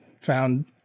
found